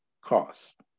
cost